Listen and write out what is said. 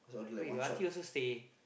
wait your auntie also stay